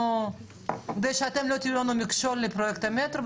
כדי שאתם לא תהיו לנו מכשול לפרויקט המטרו,